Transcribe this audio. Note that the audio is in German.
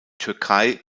türkei